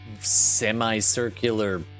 semicircular